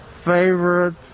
favorite